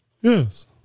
Yes